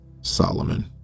Solomon